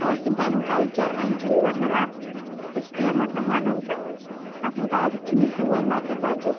ٲسۍ یِم پَنُن کلچر وَنہِ چھُنہٕ مطلب أسۍ کینٛہہ مطلب وَنو تہٕ اَتھ مُطابِق چھُنہٕ سٲنۍ لَکٕٹۍ بَچہِ